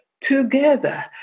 together